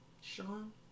Sean